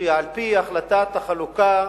שהיא, על-פי החלטת החלוקה,